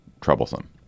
troublesome